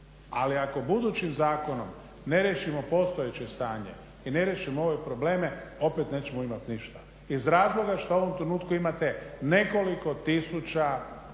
ali ako budućim zakonom ne riješimo postojeće stanje i ne riješimo ove probleme opet nećemo imat ništa, iz razloga što u ovom trenutku imate nekoliko tisuća